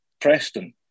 Preston